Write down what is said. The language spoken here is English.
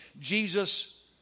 Jesus